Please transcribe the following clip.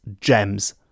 gems